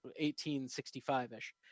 1865-ish